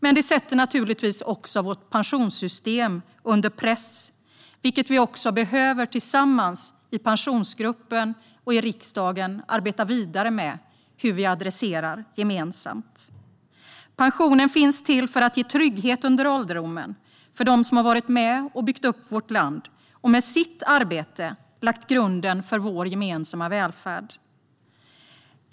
Men det sätter naturligtvis också vårt pensionssystem under press. Vi behöver tillsammans i Pensionsgruppen och i riksdagen arbeta vidare med hur vi adresserar detta gemensamt. Pensionen finns till för att ge trygghet under ålderdomen för dem som har varit med och byggt upp vårt land och med sitt arbete lagt grunden för vår gemensamma välfärd.